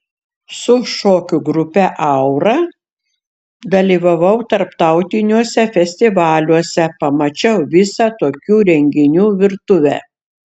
su šokių grupe aura dalyvavau tarptautiniuose festivaliuose pamačiau visą tokių renginių virtuvę